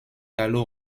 gallo